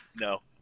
No